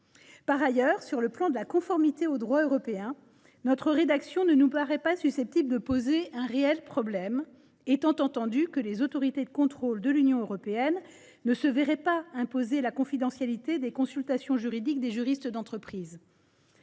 général. Sur le plan de la conformité au droit européen, notre rédaction ne nous paraît pas poser de réel problème, étant entendu que les autorités de contrôle de l’Union européenne ne se verraient pas imposer la confidentialité des consultations juridiques des juristes d’entreprise.